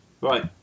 Right